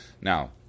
Now